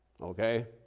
Okay